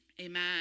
amen